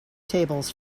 tables